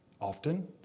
often